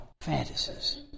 fantasies